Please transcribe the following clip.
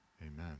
Amen